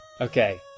Okay